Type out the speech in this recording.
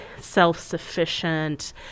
self-sufficient